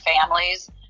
families